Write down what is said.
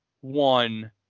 one